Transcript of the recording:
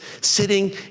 sitting